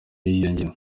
yiyongera